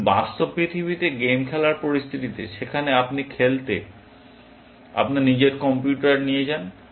কিন্তু বাস্তব পৃথিবীতে গেম খেলার পরিস্থিতিতে সেখানে আপনি খেলতে আপনার নিজের কম্পিউটার নিয়ে যান